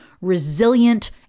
resilient